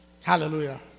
Hallelujah